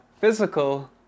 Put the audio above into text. physical